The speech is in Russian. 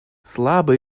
слабо